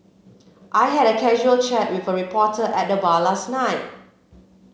I had a casual chat with a reporter at the bar last night